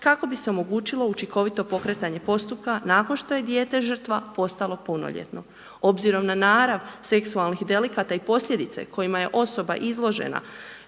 kako bi se omogućilo učinkovito pokretanje postupka nakon što je dijete žrtva postalo punoljetno. Obzirom na narav seksualnih delikata i posljedice kojima je osoba izložena